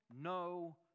no